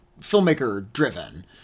filmmaker-driven